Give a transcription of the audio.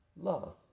love